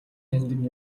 нандин